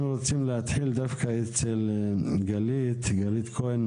אנחנו רוצים להתחיל דווקא עם גלית כהן,